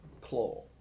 Claw